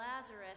Lazarus